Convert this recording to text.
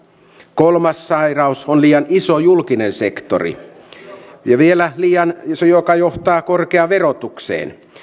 kolmas sairaus on liian iso julkinen sektori joka vielä johtaa korkeaan verotukseen